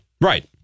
Right